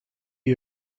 you